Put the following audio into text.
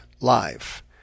live